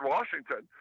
Washington